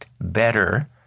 better